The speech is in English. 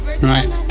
Right